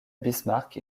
bismarck